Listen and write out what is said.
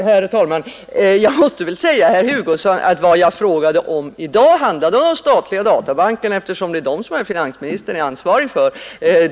Herr talman! Jag måste säga till herr Hugosson att vad jag frägade om i dag handlade om de statliga databankerna, eftersom det är dem herr finansministern är ansvarig för.